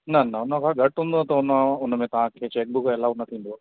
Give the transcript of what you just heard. न न हुन खां घटि हूंदो आहे त हुन में तव्हांखे चैक बुक एलाउ न थींदो आहे